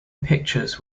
pictures